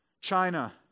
China